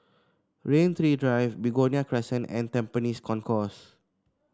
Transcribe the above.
Rain Tree Drive Begonia Crescent and Tampines Concourse